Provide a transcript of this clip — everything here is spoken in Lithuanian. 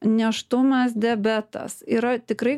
nėštumas diabetas yra tikrai